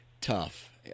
tough